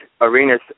Arenas